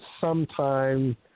sometime